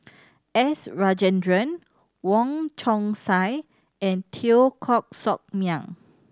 S Rajendran Wong Chong Sai and Teo Koh Sock Miang